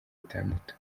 bitandatu